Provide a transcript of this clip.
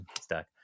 stuck